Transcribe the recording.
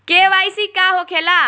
KYC का होखेला?